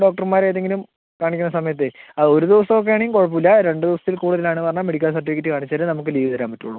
ഡോക്ടർമാർ ഏതെങ്കിലും കാണിക്കുന്ന സമയത്തെ അത് ഒരു ദിവസം ഒക്കെ ആണേ കുഴപ്പം ഇല്ല രണ്ട് ദിവസത്തിൽ കൂടുതൽ ആണെന്നു പറഞ്ഞാൽ മെഡിക്കൽ സർട്ടിഫിക്കറ്റ് കാണിച്ചാലേ നമുക്ക് ലീവ് തരാൻ പറ്റുകയുള്ളൂ